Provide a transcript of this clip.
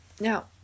now